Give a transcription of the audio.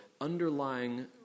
Underlying